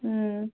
ହଁ